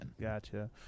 Gotcha